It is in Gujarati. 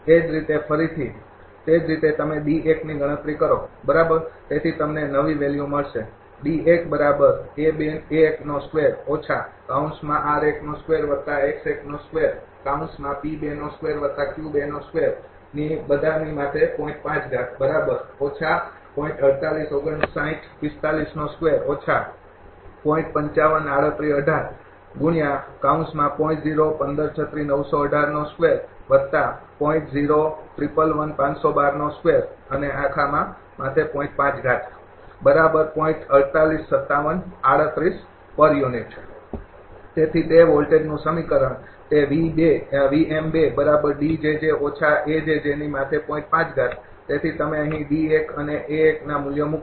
તેથી તમને નવી વેલ્યુ મળશે તેથી તે વોલ્ટેજનું સમીકરણ તે તેથી તમે અહીં અને ના મૂલ્યો મૂકો